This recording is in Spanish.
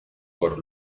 por